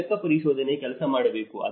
ಲೆಕ್ಕಪರಿಶೋಧನೆ ಕೆಲಸ ಮಾಡಬೇಕು